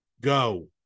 Go